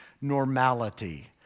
normality